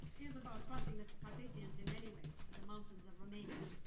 is about crossing the carpathians in many ways the mountains of romania.